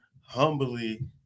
humbly